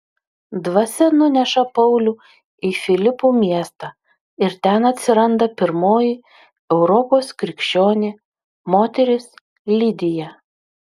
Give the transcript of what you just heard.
dvasia nuneša paulių į filipų miestą ir ten atsiranda pirmoji europos krikščionė moteris lidija